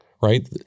right